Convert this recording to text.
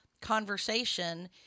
conversation